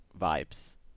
vibes